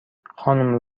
خانم